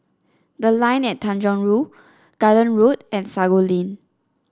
The Line at Tanjong Rhu Garden Road and Sago Lane